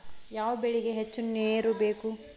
ಯಾವ ಬೆಳಿಗೆ ಹೆಚ್ಚು ನೇರು ಬೇಕು?